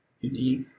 unique